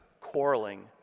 quarreling